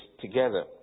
together